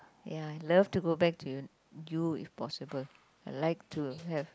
ya I love to go back to U if possible I like to have